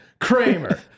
Kramer